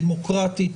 דמוקרטית,